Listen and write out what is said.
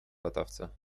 latawca